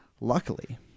Luckily